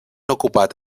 ocupat